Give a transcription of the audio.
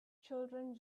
children